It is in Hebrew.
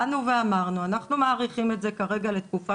באנו ואמרנו "אנחנו מאריכים את זה כרגע לתקופה